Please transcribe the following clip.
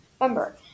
remember